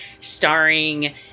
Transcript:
starring